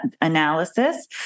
analysis